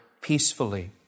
peacefully